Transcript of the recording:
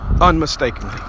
unmistakably